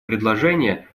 предложение